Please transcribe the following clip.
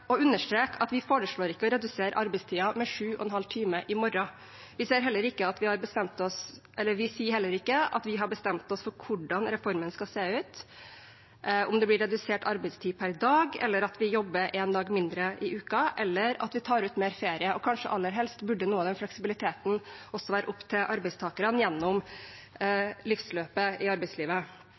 å understreke at vi ikke foreslår å redusere arbeidstiden med 7,5 timer i morgen. Vi sier heller ikke at vi har bestemt oss for hvordan reformen skal se ut – om det blir redusert arbeidstid per dag, eller at vi jobber én dag mindre i uka, eller at vi tar ut mer ferie. Og kanskje aller helst burde noe av den fleksibiliteten også være opp til arbeidstakerne gjennom livsløpet i arbeidslivet.